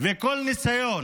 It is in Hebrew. כל ניסיון